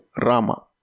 Rama